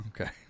okay